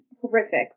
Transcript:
horrific